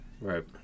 Right